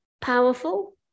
powerful